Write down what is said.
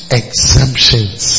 exemptions